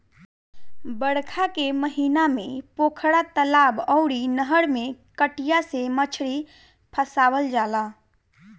बरखा के महिना में पोखरा, तलाब अउरी नहर में कटिया से मछरी फसावल जाला